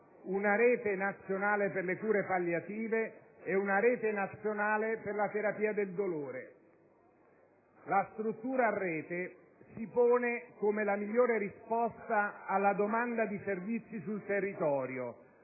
una rete nazionale per le cure palliative e una rete nazionale per la terapia del dolore. La struttura a rete si pone come la migliore risposta alla domanda di servizi sul territorio,